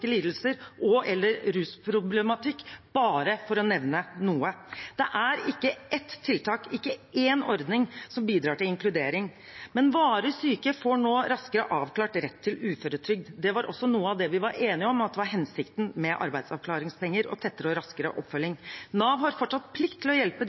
lidelser og/eller rusproblematikk – bare for å nevne noe. Det er ikke et tiltak, en ordning, som bidrar til inkludering, men varig syke får nå raskere avklart rett til uføretrygd. Det var også noe av det vi var enige om at var hensikten med arbeidsavklaringspenger, og tettere og raskere oppfølging. Nav har fortsatt plikt til å hjelpe